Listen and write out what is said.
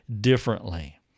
differently